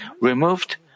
removed